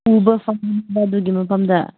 ꯎꯕ ꯐꯪꯅꯤꯕ ꯑꯗꯨꯒꯤ ꯃꯐꯝꯗ